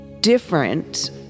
different